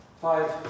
five